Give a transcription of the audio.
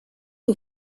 who